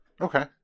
Okay